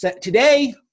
today